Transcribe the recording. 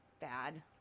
bad